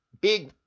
Big